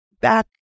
back